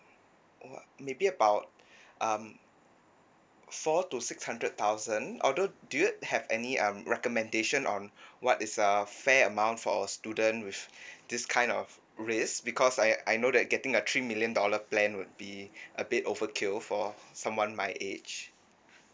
mm maybe about um four to six hundred thousand although do you have any um recommendation on what is a fair amount for a student with this kind of risk because I I know that getting a three million dollar plan would be a bit overkill for someone my age